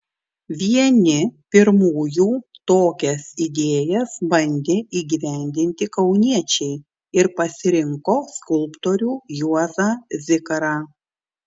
vieni pirmųjų tokias idėjas bandė įgyvendinti kauniečiai ir pasirinko skulptorių juozą zikarą